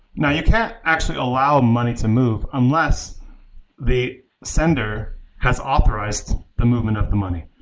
now, you can actually allow money to move unless the sender has authorized the movement of the money.